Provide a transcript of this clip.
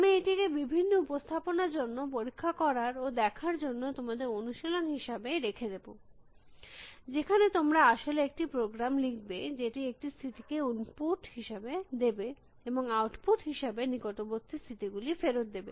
আমি এটিকে বিভিন্ন উপস্থাপনার জন্য পরীক্ষা করার ও দেখার জন্য তোমাদের অনুশীলন হিসাবে রেখে দেব যেখানে তোমরা আসলে একটি প্রোগ্রাম লিখবে যেটি একটি স্থিতিকে ইনপুট হিসাবে নেবে এবং আউটপুট হিসাবে নিকটবর্তী স্থিতি গুলি ফেরত দেবে